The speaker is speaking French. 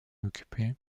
occupé